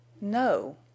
No